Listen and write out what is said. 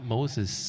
Moses